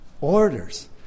Orders